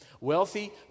Wealthy